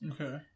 Okay